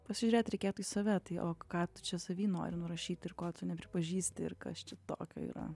pasižiūrėti reikėtų į save tai o ką tu čia savy nori nurašyti ir ko tu nepripažįsti ir kas čia tokio yra